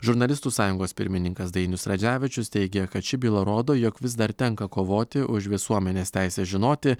žurnalistų sąjungos pirmininkas dainius radzevičius teigia kad ši byla rodo jog vis dar tenka kovoti už visuomenės teisę žinoti